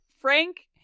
frank